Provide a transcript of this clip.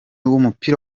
w’umupira